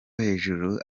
hejuru